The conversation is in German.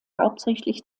hauptsächlich